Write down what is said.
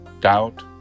doubt